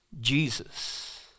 Jesus